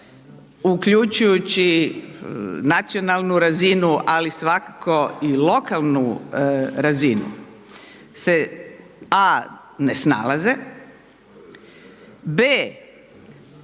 uključujući nacionalnu razinu, ali svakako i lokalnu razinu se a) ne snalaze, b) ima